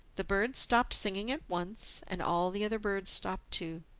the bird stopped singing at once, and all the other birds stopped too.